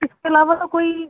اس کے علاوہ تو کوئی